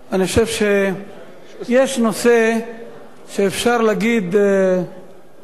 אני חושב שיש נושא שאפשר להגיד בכנות